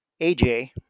AJ